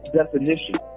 definition